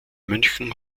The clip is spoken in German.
münchen